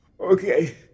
Okay